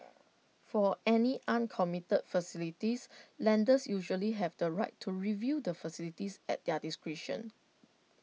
for any uncommitted facilities lenders usually have the right to review the facilities at their discretion